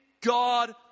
God